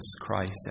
Christ